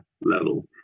level